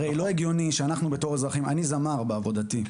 הרי לא הגיוני שאנחנו כאזרחים הרי אני זמר בעבודתי,